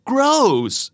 Gross